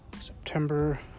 September